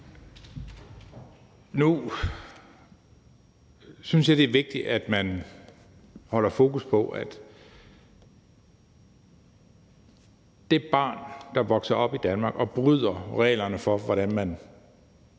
Nu synes jeg det er vigtigt, at man holder fokus på, at det barn, der vokser op i Danmark og bryder reglerne for, hvordan man